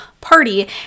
party